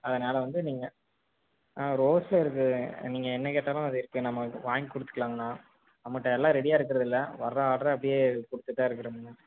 அதனால் வந்து நீங்கள் ஆ ரோஸ்லாம் இருக்குது நீங்கள் என்ன கேட்டாலும் அது இருக்குது நம்ம வாங்கி கொடுத்துக்கலாங்கண்ணா நம்மட்ட எல்லாம் ரெடியாக இருக்கிறதுல்ல வர ஆர்டர அப்படியே குடுத்துட்டு தான் இருக்கிறேங்கண்ணா